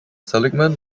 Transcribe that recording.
seligman